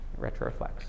retroflex